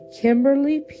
Kimberly